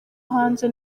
hanze